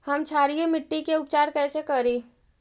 हम क्षारीय मिट्टी के उपचार कैसे करी?